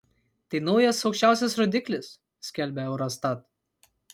tai naujas aukščiausias rodiklis skelbia eurostat